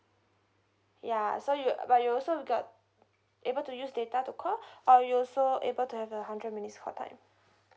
ya so you uh but you also will got able to use data to call or you also able to have a hundred minutes call time